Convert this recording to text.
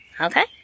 Okay